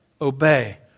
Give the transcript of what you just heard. obey